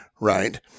Right